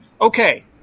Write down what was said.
Okay